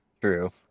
True